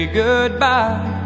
goodbye